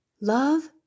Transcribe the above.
Love